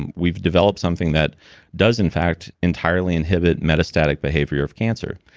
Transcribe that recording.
and we've developed something that does in fact entirely inhibit metastatic behavior of cancer.